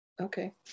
okay